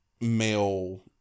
male